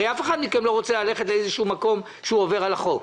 הרי אף אחד מכם לא רוצה ללכת לאיזשהו מקום שהוא עובר על החוק.